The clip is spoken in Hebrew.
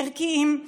ערכיים,